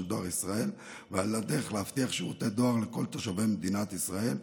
דואר ישראל ועל הדרך להבטיח שירותי דואר לכל תושבי מדינת ישראל,